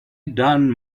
done